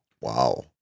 Wow